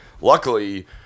luckily